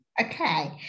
Okay